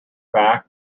back